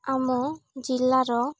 ଆମ ଜିଲ୍ଲାର